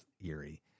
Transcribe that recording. eerie